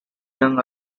young